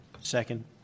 Second